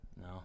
No